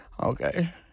Okay